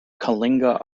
kalinga